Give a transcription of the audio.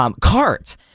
cards